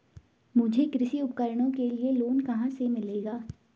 मुझे कृषि उपकरणों के लिए लोन कहाँ से मिलेगा?